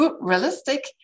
realistic